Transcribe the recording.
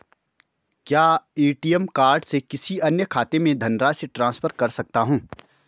क्या ATM card से किसी अन्य खाते में धनराशि ट्रांसफर कर सकता हूँ?